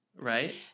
right